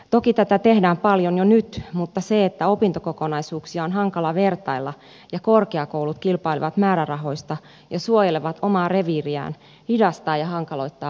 toki tätä tehdään paljon jo nyt mutta se että opintokokonaisuuksia on hankala vertailla ja korkeakoulut kilpailevat määrärahoista ja suojelevat omaa reviiriään hidastaa ja hankaloittaa valmistumista